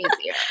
easier